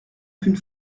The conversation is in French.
qu’une